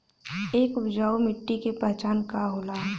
एक उपजाऊ मिट्टी के पहचान का होला?